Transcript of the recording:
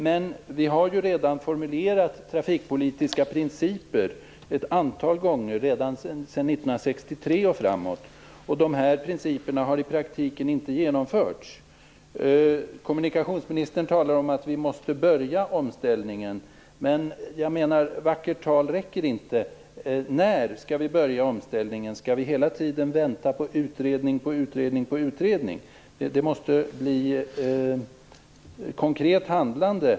Men vi har ju redan formulerat trafikpolitiska principer ett antal gånger från 1963 och framåt, och dessa principer har i praktiken inte genomförts. Kommunikationsministern talar om att vi måste börja omställningen, men jag menar att vacker tal inte räcker. När skall vi börja omställningen? Skall vi hela tiden vänta på utredning efter utredning? Det måste bli ett konkret handlande.